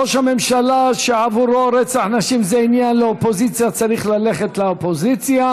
ראש הממשלה שעבורו רצח נשים זה עניין לאופוזיציה צריך ללכת לאופוזיציה,